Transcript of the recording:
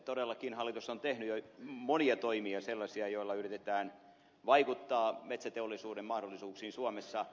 todellakin hallitus on tehnyt jo monia sellaisia toimia joilla yritetään vaikuttaa metsäteollisuuden mahdollisuuksiin suomessa